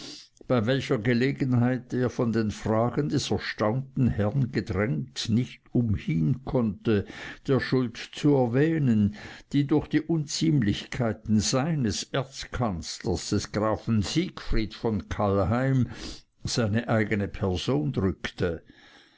bei welcher gelegenheit er von den fragen des erstaunten herrn gedrängt nicht umhin konnte der schuld zu erwähnen die durch die unziemlichkeiten seines erzkanzlers des grafen siegfried von kallheim seine eigene person drückte